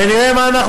ואנחנו נראה מה אנחנו